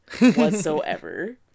whatsoever